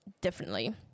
differently